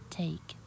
take